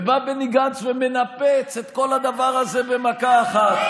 ובא בני גנץ ומנפץ את כל הדבר הזה במכה אחת,